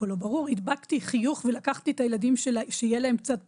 הדבקתי חיוך ולקחתי את הילדים כדי שיהיה להם קצת פורים.